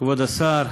כבוד השר,